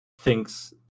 thinks